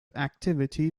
activity